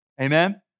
Amen